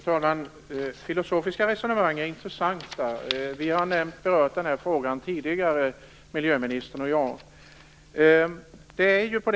Fru talman! Filosofiska resonemang är intressanta. Miljöministern och jag har tidigare varit inne på den här frågan.